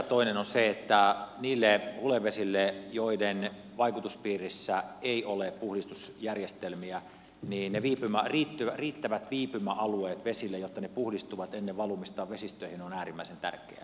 toinen on se että niille hulevesille joiden vaikutuspiirissä ei ole puhdistusjärjestelmiä ovat ne riittävät viipymäalueet jotta ne puhdistuvat ennen valumistaan vesistöihin äärimmäisen tärkeitä